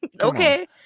Okay